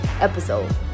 episode